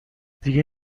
دیگه